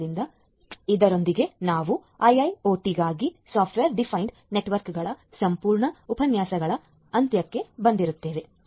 ಆದ್ದರಿಂದ ಇದರೊಂದಿಗೆ ನಾವು IIoT ಗಾಗಿ ಸಾಫ್ಟ್ವೇರ್ ಡಿಫೈನ್ಡ್ ನೆಟ್ವರ್ಕ್ಗಳ ಸಂಪೂರ್ಣ ಉಪನ್ಯಾಸಗಳ ಅಂತ್ಯಕ್ಕೆ ಬರುತ್ತೇವೆ